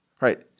Right